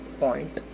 point